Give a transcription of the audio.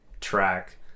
track